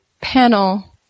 panel